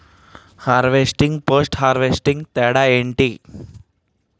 Harvesting, post harvesting తేడా ఏంటి?